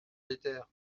l’éther